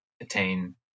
attain